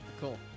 Cool